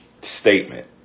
statement